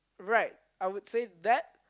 right I would say that